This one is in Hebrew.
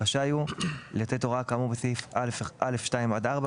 רשאי הוא לתת הוראה כאמור בסעיף קטן (א)(2) עד (4),